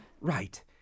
Right